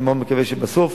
אני מאוד מקווה שבסוף,